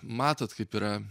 matot kaip yra